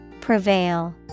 Prevail